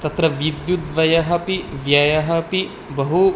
तत्र विद्युत्व्ययः अपि व्ययः अपि बहु